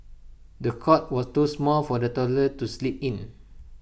the cot was too small for the toddler to sleep in